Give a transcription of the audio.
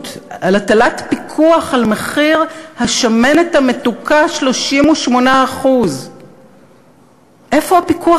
על הטלת פיקוח על מחיר השמנת המתוקה 38%. איפה הפיקוח